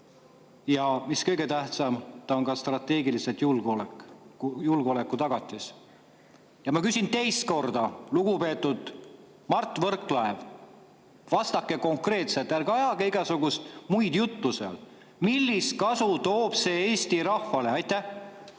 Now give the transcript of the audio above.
Ja mis kõige tähtsam, see on ka strateegiliselt julgeoleku tagatis. Ma küsin teist korda, lugupeetud Mart Võrklaev – vastake konkreetselt, ärge ajage igasugust muud juttu –, millist kasu toob see Eesti rahvale. Aitäh,